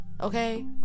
Okay